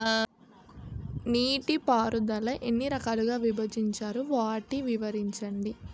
నీటిపారుదల ఎన్ని రకాలుగా విభజించారు? వాటి వివరించండి?